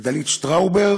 ודלית שטאובר